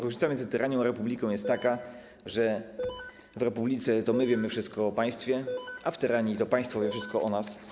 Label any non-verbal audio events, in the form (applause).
Różnica między tyranią a republiką jest taka, (noise) że w republice to my wiemy wszystko o państwie, a w tyranii to państwo wie wszystko o nas.